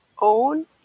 own